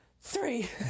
Three